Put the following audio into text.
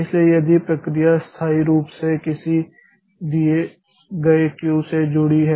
इसलिए यदि प्रक्रिया स्थायी रूप से किसी दिए गए क्यू से जुड़ी हुई है